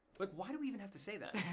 but why do we even have to say that?